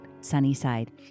Sunnyside